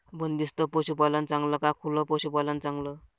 बंदिस्त पशूपालन चांगलं का खुलं पशूपालन चांगलं?